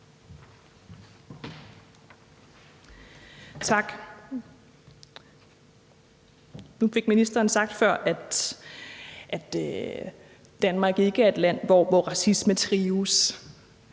Tak. Nu fik ministeren sagt før, at Danmark ikke er et land, hvor racisme trives.